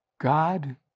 God